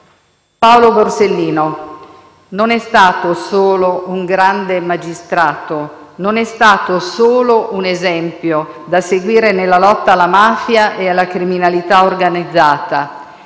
Paolo Borsellino non è stato solo un grande magistrato, non è stato solo un esempio da seguire nella lotta alla mafia e alla criminalità organizzata.